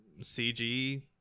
CG